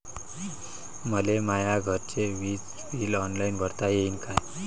मले माया घरचे विज बिल ऑनलाईन भरता येईन का?